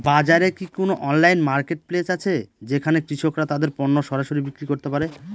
বাজারে কি কোন অনলাইন মার্কেটপ্লেস আছে যেখানে কৃষকরা তাদের পণ্য সরাসরি বিক্রি করতে পারে?